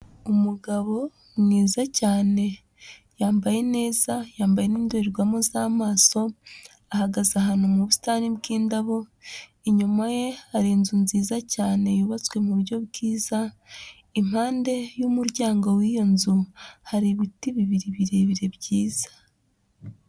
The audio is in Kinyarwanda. Umugabo mwiza cyane, yambaye neza, yambaye n'indorerwamo z'amaso, ahagaze ahantu mu busitani bw'indabo, inyuma ye hari inzu nziza cyane, yubatswe mu buryo bwiza, impande y'umuryango w'iyo nzu, hari ibiti bibiri, birebire byiza.